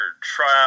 trial